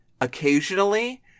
Occasionally